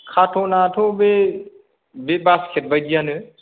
कार्टुनाथ' बे बासकेट बादियानो